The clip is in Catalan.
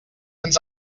ens